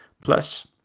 plus